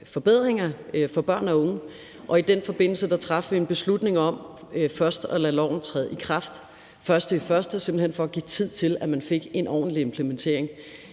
forbedringer for børn og unge. I den forbindelse traf vi en beslutning om først at lade loven træde i kraft den 1. januar simpelt hen for at give tid til, at man fik en ordentlig implementering